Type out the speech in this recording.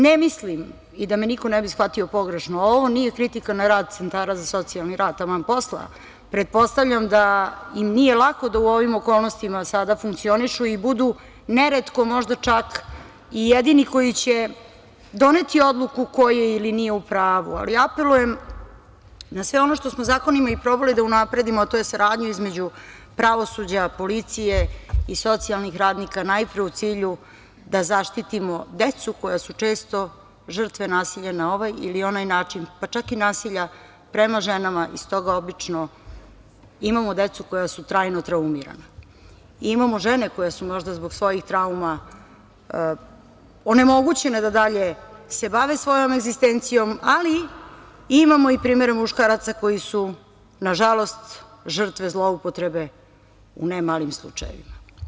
Ne mislim, da me niko ne bi shvatio pogrešno, ovo nije kritika na rad centara za socijalni rad, taman posla, pretpostavljam da im nije lako da u ovim okolnostima sada funkcionišu i budu neretko možda čak i jedini koji će doneti odluku ko je ili nije u pravu, ali apelujem na sve ono što smo zakonima i probali da unapredimo, a to je saradnja između pravosuđa, policije i socijalnih radnika, najpre u cilju da zaštitimo decu koja su često žrtve nasilja na ovaj ili onaj način, pa čak i nasilja prema ženama i stoga obično imamo decu koja su trajno traumirana, imamo žene koje su možda zbog svojih trauma onemogućene da se dalje bave svojom egzistencijom, ali imamo i primere muškaraca koji su, nažalost, žrtve zloupotrebe u ne malom broju slučajeva.